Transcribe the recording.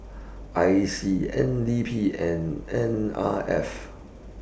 I C N D P and N R F